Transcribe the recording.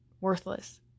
worthless